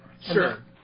sure